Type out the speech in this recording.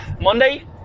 Monday